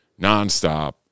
nonstop